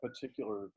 particular